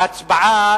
ההצבעה